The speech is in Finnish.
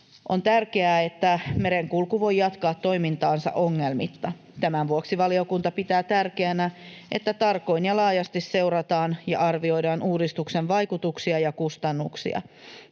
On tärkeää, että merenkulku voi jatkaa toimintaansa ongelmitta. Tämän vuoksi valiokunta pitää tärkeänä, että tarkoin ja laajasti seurataan ja arvioidaan uudistuksen vaikutuksia ja kustannuksia.